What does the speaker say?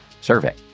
survey